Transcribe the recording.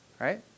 Right